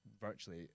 virtually